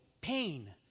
pain